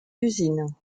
usines